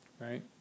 right